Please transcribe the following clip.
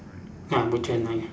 ya butcher knife